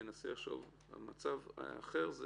ננסה לחשוב על מצב אחר.